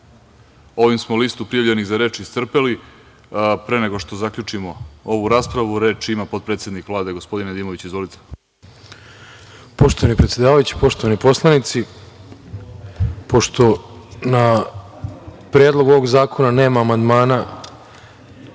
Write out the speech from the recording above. smo listu prijavljenih za reč iscrpeli. Pre nego što zaključimo ovu raspravu, reč ima potpredsednik Vlade gospodin Nedimović. Izvolite. **Branislav Nedimović** Poštovani predsedavajući, poštovani poslanici, pošto na predlog ovog zakona nema amandmana,